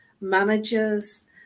managers